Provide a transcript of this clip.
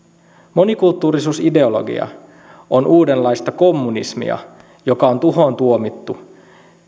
monikulttuurisuusideologia on uudenlaista kommunismia joka on tuhoon tuomittu